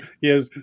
yes